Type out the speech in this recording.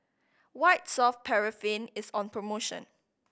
White Soft Paraffin is on promotion